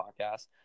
podcast